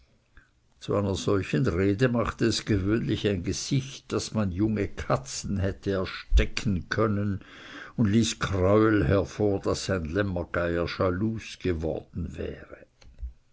zu einer solchen rede machte es gewöhnlich ein gesicht daß man junge katzen hätte erstecken können und ließ kräuel hervor daß ein lämmergeier schalus geworden wäre